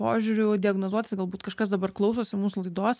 požiūriu diagnozuotis galbūt kažkas dabar klausosi mūsų laidos